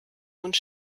und